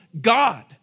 God